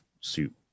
suit